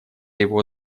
его